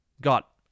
got